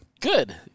Good